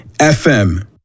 FM